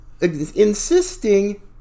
insisting